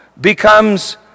becomes